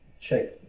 check